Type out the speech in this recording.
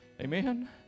Amen